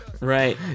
right